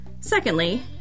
Secondly